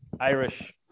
Irish